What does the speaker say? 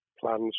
plans